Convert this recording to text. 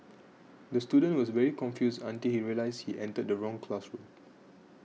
the student was very confused until he realised he entered the wrong classroom